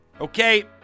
Okay